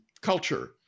culture